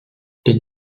les